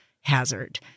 hazard